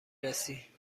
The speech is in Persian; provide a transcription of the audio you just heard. رسی